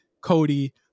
Cody